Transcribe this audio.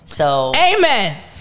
Amen